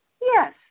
Yes